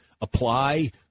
apply